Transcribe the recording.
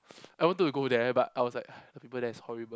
I wanted to go there but I was like the people there is horrible